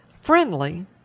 friendly